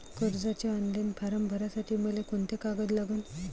कर्जाचे online form भरासाठी मले कोंते कागद लागन?